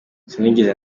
sinigeze